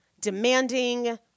demanding